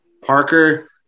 Parker